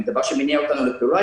היא דבר שמניע אותנו לפעולה,